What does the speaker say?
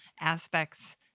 aspects